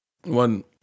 One